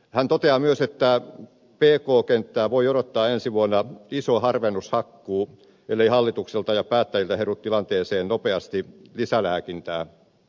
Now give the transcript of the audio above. hän toteaa myös että pk kenttää voi odottaa ensi vuonna iso harvennushakkuu ellei hallitukselta ja päättäjiltä heru tilanteeseen nopeasti lisälääkintää